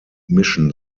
mischen